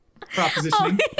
propositioning